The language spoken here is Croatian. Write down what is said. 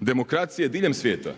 demokracije diljem svijeta,